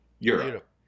Europe